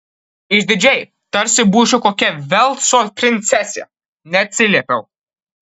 išdidžiai tarsi būčiau kokia velso princesė neatsiliepiau